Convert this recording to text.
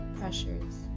pressures